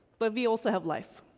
but we also have life.